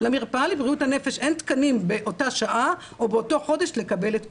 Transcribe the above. למרפאה לבריאות הנפש אין תקנים באותה שעה או באותו חודש לקבל את כולם.